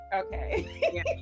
Okay